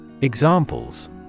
Examples